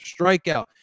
strikeout